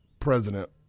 president